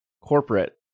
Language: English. corporate